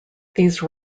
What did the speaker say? these